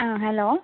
ആ ഹലോ